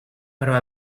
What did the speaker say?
però